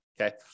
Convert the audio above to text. okay